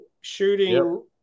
shooting